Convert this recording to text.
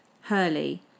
Hurley